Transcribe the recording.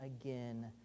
again